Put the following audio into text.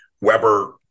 Weber